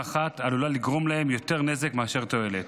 אחת עלולה לגרום להם יותר נזק מאשר תועלת.